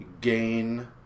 gain